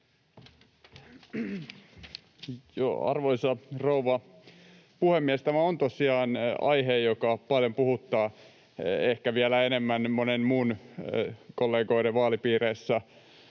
Arvoisa rouva puhemies! Tämä on tosiaan aihe, joka paljon puhuttaa, ehkä vielä enemmän monen muun kollegan vaalipiirissä